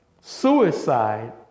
Suicide